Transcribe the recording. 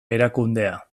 erakundea